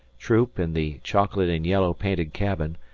troop, in the chocolate-and-yellow painted cabin,